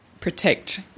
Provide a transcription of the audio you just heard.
protect